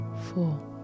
four